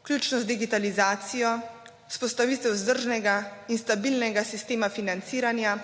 vključno z digitalizacijo, vzpostavitev vzdržnega in stabilnega sistema financiranja